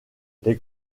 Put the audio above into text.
les